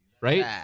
right